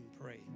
pray